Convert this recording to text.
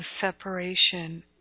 separation